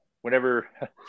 Whenever